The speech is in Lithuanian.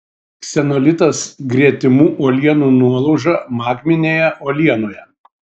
ksenolitas gretimų uolienų nuolauža magminėje uolienoje